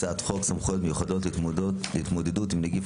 הצעת חוק סמכויות מיוחדות להתמודדות עם נגיף